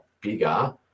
bigger